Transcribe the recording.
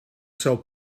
seu